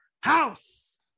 house